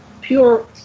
pure